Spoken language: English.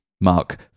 mark